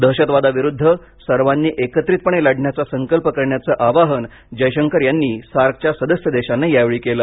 दहशतवादाविरुद्ध सर्वांनी एकत्रितपणे लढण्याचा संकल्प करण्याचं आवाहन जयशंकर यांनी प सार्कच्या सदस्य देशांना यावेळी केलं